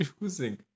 choosing